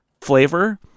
flavor